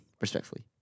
Respectfully